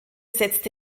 setzte